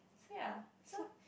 ya so